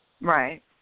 Right